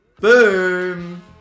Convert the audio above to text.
Boom